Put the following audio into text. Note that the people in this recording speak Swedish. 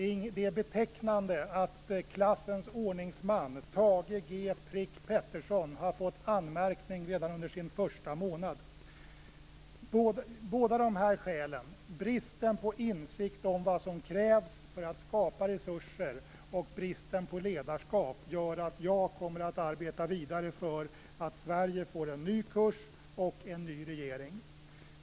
Det är betecknande att klassens ordningsman, Thage G "prick" Peterson, har fått anmärkning redan under sin första månad. Båda dessa skäl, dvs. bristen på insikt om vad som krävs för att skapa resurser och bristen på ledarskap, gör att jag kommer att arbeta vidare för att Sverige får en ny kurs och en ny regering.